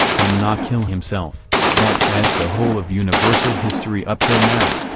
and not kill himself that s the whole of universal history up till now.